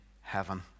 heaven